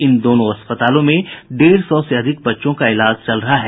इन दोनों अस्पतालों में डेढ़ सौ से अधिक बच्चों का इलाज चल रहा है